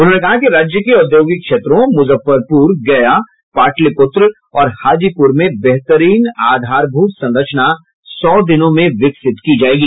उन्होंने कहा कि राज्य के औद्योगिक क्षेत्रों मुजफ्फरपुर गया पाटलीपुत्र और हाजीपुर में बेहतरीन आधारभूत संरचना सौ दिनों में विकसित किया जायेगा